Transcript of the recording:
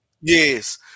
yes